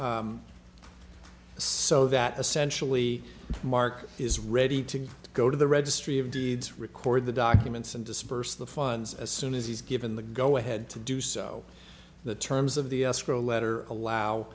and so that essentially mark is ready to go to the registry of deeds record the documents and disperse the funds as soon as he's given the go ahead to do so the terms of the escrow letter allow